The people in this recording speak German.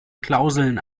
klauseln